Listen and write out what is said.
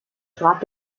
trat